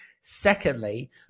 Secondly